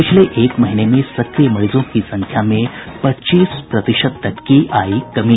पिछले एक महीने में सक्रिय मरीजों की संख्या में पच्चीस प्रतिशत तक की आई कमी